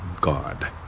God